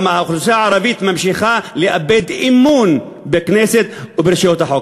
האוכלוסייה הערבית ממשיכה לאבד אמון בכנסת וברשויות החוק.